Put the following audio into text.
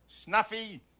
Snuffy